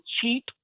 cheap